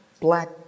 black